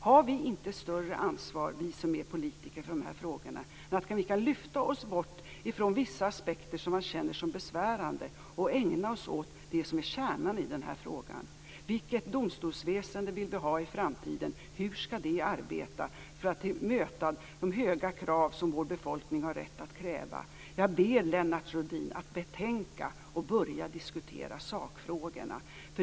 Har inte vi som politiker ett större ansvar för dessa frågor så att vi kan lyfta oss bort från vissa aspekter som känns besvärande och ägna oss åt det som är kärnan i denna fråga, nämligen vilket domstolsväsende som vi vill ha i framtiden och hur det skall arbeta för att möta de höga krav som vår befolkning har rätt att kräva. Jag ber Lennart Rohdin att betänka detta och börja diskutera sakfrågorna.